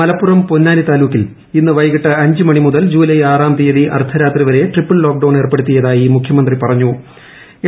മലപ്പുറം ജില്ലയിലെ പ്ലൊന്നാനി താലൂക്കിൽ ഇന്ന് വൈകിട്ട് അഞ്ചു മണി മുതൽ ജൂലൈ ആറാം തീയതി അർദ്ധരാത്രി വരെ ട്രിപ്പിൾ ലോക്ഡൌൺ ഏർപ്പെടുത്തിയതായി മുഖ്യമന്ത്രി പ്പെട്ടിട്ടു